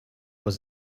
was